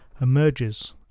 emerges